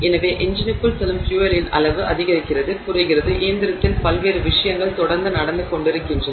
எனவே என்ஜினுக்குள் செல்லும் ஃபியூயலின் அளவு அதிகரிக்கிறது குறைகிறது இயந்திரத்தில் பல்வேறு விஷயங்கள் தொடர்ந்து நடந்து கொண்டிருக்கின்றன